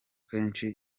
kenshi